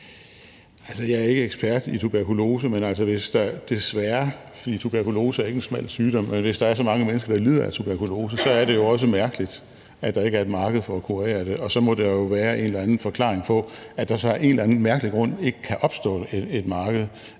er ikke en smal sygdom – er så mange mennesker, der lider af tuberkulose, er det jo også mærkeligt, at der ikke er et marked for at kurere sygdommen. Og så må der jo være en eller anden forklaring på, at der så af en eller anden mærkelig grund ikke kan opstå et marked,